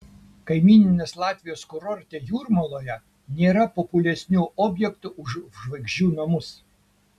kaimyninės latvijos kurorte jūrmaloje nėra populiaresnių objektų už žvaigždžių namus